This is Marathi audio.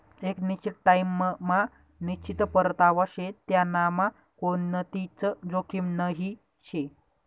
एक निश्चित टाइम मा निश्चित परतावा शे त्यांनामा कोणतीच जोखीम नही शे